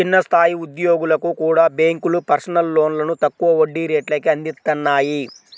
చిన్న స్థాయి ఉద్యోగులకు కూడా బ్యేంకులు పర్సనల్ లోన్లను తక్కువ వడ్డీ రేట్లకే అందిత్తన్నాయి